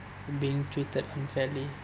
being treated unfairly